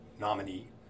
nominee